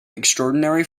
extraordinary